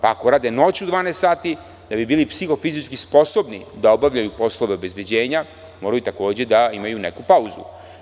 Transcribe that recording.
Ako rade noću 12 sati da bi bili psihofizički sposobni da obavljaju poslove obezbeđenja moraju da imaju neku pauzu.